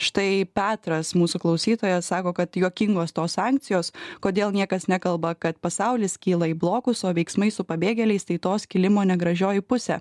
štai petras mūsų klausytojas sako kad juokingos tos sankcijos kodėl niekas nekalba kad pasaulis skyla į blokus o veiksmai su pabėgėliais tai to skilimo negražioji pusė